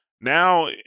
Now